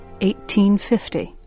1850